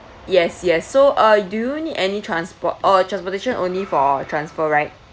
yes yes so uh do you need any transport or transportation only for transfer right